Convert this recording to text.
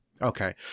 Okay